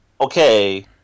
Okay